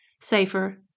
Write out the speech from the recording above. safer